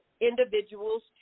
individuals